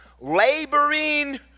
laboring